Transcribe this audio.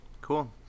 cool